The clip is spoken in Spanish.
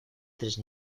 tres